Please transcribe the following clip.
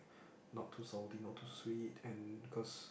not too salty not too sweet and cause